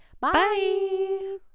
Bye